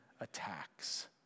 attacks